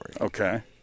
Okay